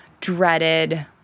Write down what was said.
dreaded